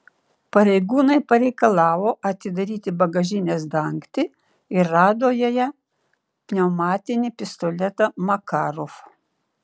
pareigūnai pareikalavo atidaryti bagažinės dangtį ir rado joje pneumatinį pistoletą makarov